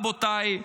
רבותיי,